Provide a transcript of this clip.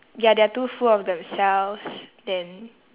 ya they are too full of themselves then